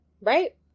Right